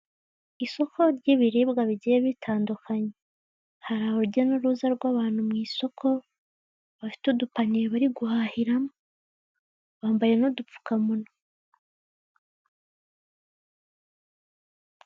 Isoko ry'ibiribwa bigiye bitandukanye, hari urujya n'uruza ry'abantu mu isoko bafite udupaniye bariguhahiramo, bambaye n'udupfukamunwa.